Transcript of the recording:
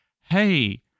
Hey